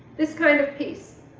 this kind of peace,